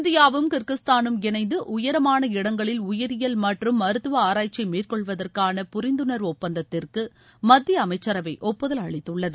இந்தியாவும் கிர்கிஸ்தானும் இணைந்து உயரமான இடங்களில் உயிரியல் மற்றும் மருத்துவ ஆராய்ச்சியை மேற்கொள்வதற்கான புரிந்துணர்வு ஒப்பந்ததத்திற்கு மத்திய அமைச்சரவை ஒப்புதல் அளித்துள்ளது